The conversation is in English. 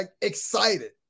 excited